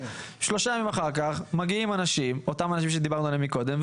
שלושה ימים אחר כך מגיעים אנשים אותם אנשים שדיברנו עליהם קודם,